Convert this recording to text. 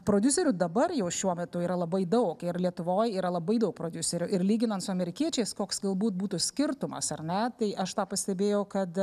prodiuserių dabar jau šiuo metu yra labai daug ir lietuvoj yra labai daug prodiuserių ir lyginant su amerikiečiais koks galbūt būtų skirtumas ar ne tai aš tą pastebėjau kad